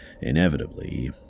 inevitably